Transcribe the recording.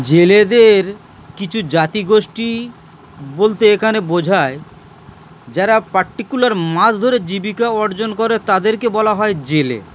জেলেদের কিছু জাতিগোষ্ঠী বলতে এখানে বোঝায় যারা পার্টিকুলার মাছ ধরে জীবিকা অর্জন করে তাদেরকে বলা হয় জেলে